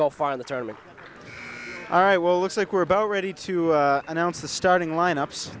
go far in the tournament all right well looks like we're about ready to announce the starting lineups